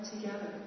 together